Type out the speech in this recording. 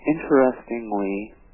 Interestingly